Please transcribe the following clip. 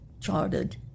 charted